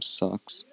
sucks